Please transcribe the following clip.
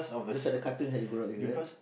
those are the cartoons that you grow up with right